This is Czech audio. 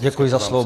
Děkuji za slovo.